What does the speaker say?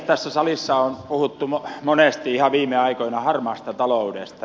tässä salissa on puhuttu monesti ihan viime aikoina harmaasta taloudesta